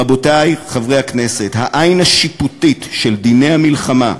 רבותי, חברי הכנסת, העין השיפוטית של דיני המלחמה,